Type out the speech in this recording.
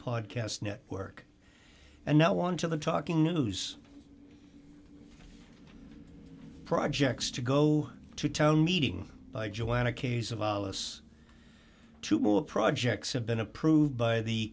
podcast network and now on to the talking news projects to go to town meeting by joanna case of alephs two more projects have been approved by the